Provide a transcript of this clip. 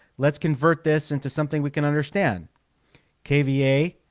let's convert this into something we can understand kva,